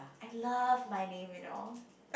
I love my name you know